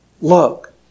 look